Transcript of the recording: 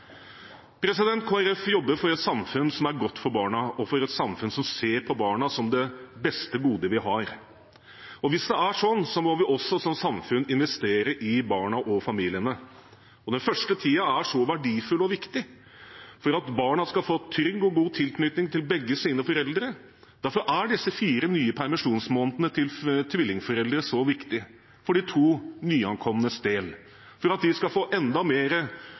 jobber for et samfunn som er godt for barna, og for et samfunn som ser på barna som det beste godet vi har. Hvis det er sånn, må vi også som samfunn investere i barna og familiene. Den første tiden er verdifull og viktig for at barna skal få en trygg og god tilknytning til begge sine foreldre. Derfor er disse fire nye permisjonsmånedene til tvillingforeldre så viktige – for de to nyankomnes del, for at de skal få enda